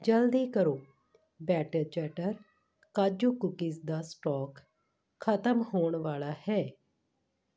ਜਲਦੀ ਕਰੋ better chatter ਕਾਜੂ ਕੂਕੀਜ਼ ਦਾ ਸਟਾਕ ਖਤਮ ਹੋਣ ਵਾਲਾ ਹੈ